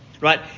Right